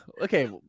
Okay